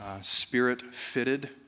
spirit-fitted